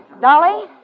Dolly